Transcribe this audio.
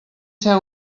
ser